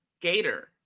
Gator